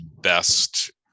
best